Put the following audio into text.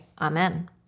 amen